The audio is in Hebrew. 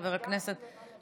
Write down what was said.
חבר הכנסת,